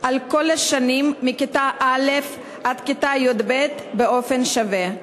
על כל השנים, מכיתה א' עד כיתה י"ב, באופן שווה.